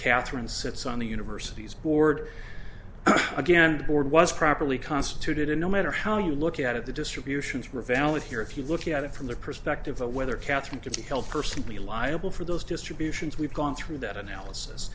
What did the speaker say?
katherine sits on the university's board again and board was properly constituted and no matter how you look at it the distributions were valid here if you look at it from the perspective of whether katherine can be held personally liable for those distributions we've gone through that analysis